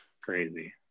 crazy